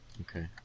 Okay